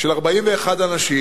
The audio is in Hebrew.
של 41 אנשים,